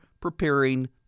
preparing